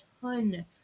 ton